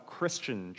Christian